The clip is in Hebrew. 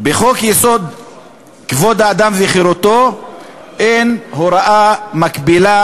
אני מדבר על דיור ציבורי, דיור מוגן.